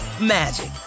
magic